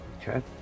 Okay